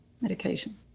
medication